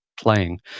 playing